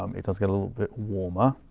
um it does get a little bit warmer.